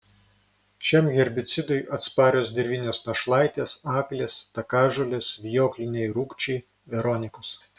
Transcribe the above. šiam herbicidui atsparios dirvinės našlaitės aklės takažolės vijokliniai rūgčiai veronikos